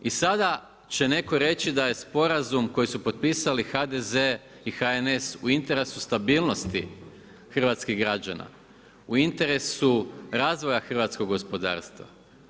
I sada će netko reći da je sporazum koji su potpisali HDZ i HNS u interesu stabilnosti hrvatskih građana, u interesu razvoja hrvatskog gospodarstva.